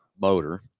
motor